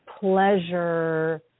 pleasure